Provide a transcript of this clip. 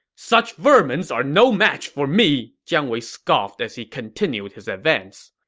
such vermins are no match for me! jiang wei scoffed as he continued his advance.